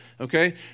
okay